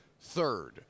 third